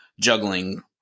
juggling